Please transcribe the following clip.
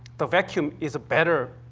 the vacuum is a better